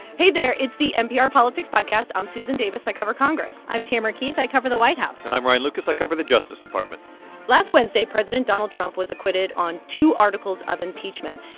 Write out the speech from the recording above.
hey there. it's the npr politics podcast. i'm susan davis. i cover congress i'm tamara keith. i cover the white house and i'm ryan lucas. i cover the justice department last wednesday, president donald trump was acquitted on two articles of impeachment.